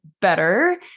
better